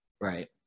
Right